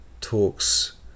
talks